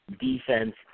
defense